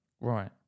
Right